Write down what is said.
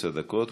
עשר דקות,